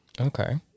Okay